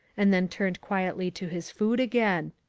and then turned quietly to his food again.